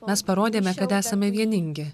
mes parodėme kad esame vieningi